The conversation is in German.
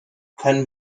können